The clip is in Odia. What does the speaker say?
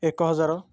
ଏକ ହଜାର